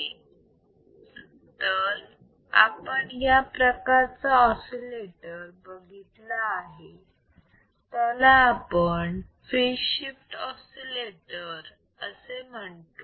तर आपण या प्रकारचा ऑसिलेटर बघितला आहे त्याला आपण फेज शिफ्ट ऑसिलेटर असे म्हणतो